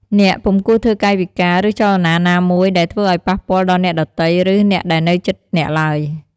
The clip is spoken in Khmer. អ្នកពុំគួរធ្វើកាយវិការ ឬ ចលនាណាមួយ ដែលធ្វើឲ្យប៉ះពាល់ដល់អ្នកដទៃ ឬ អ្នកដែលនៅជិតអ្នកឡើយ។